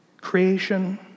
Creation